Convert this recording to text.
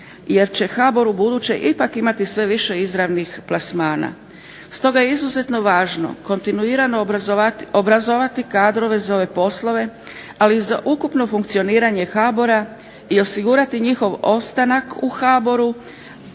jer će HBOR ubuduće ipak imati sve više izravnih plasmana, stoga je izuzetno važno kontinuirano obrazovati kadrove za ove poslove, ali i za ukupno funkcioniranje HBOR-a i osigurati njihov ostanak u HBOR-u